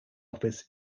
office